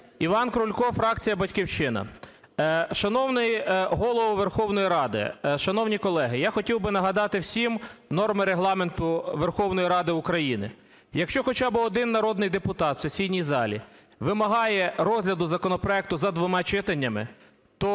Іван Крулько, фракція "Батьківщина". Шановний Голово Верховної Ради, шановні колеги, я хотів би нагадати всім норми Регламенту Верховної Ради України. Якщо хоча би один народний депутат у сесійній залі вимагає розгляду законопроекту за двома читаннями, то